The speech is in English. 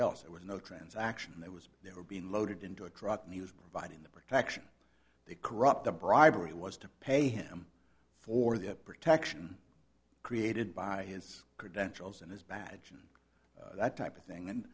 else there were no transaction that was there were being loaded into a truck and he was providing the protection the corrupt the bribery was to pay him for that protection created by his credentials and his badge and that type of thing and